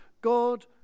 God